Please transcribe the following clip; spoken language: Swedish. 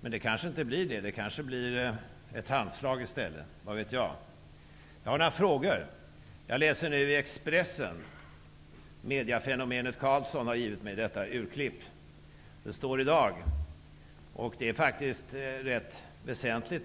Det kanske inte blir så. Det kanske blir ett handslag i stället. Vad vet jag? Jag vill ställa några frågor. Jag läser ett urklipp från Expressen i dag som mediefenomenet Karlsson givit mig. Det som står där är rätt väsentligt.